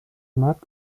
mac